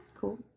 cool